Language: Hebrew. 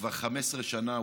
וכבר 15 שנה,